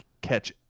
catch